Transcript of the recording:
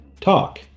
talk